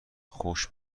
خوش